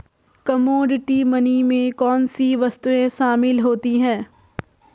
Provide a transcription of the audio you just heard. Commodity money में कौन सी वस्तुएं शामिल होती हैं?